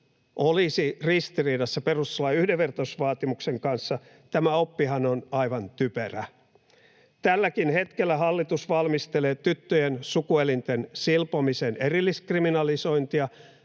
olisi ristiriidassa perustuslain yhdenvertaisuusvaatimuksen kanssa — tämä oppihan on aivan typerä. Tälläkin hetkellä hallitus valmistelee tyttöjen sukuelinten silpomisen erilliskriminalisointia,